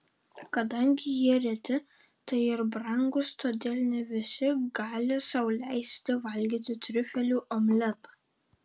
kadangi jie reti tai ir brangūs todėl ne visi gali sau leisti valgyti triufelių omletą